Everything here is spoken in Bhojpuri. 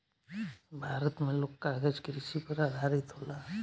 भारत मे लोग कागज कृषि पर आधारित होला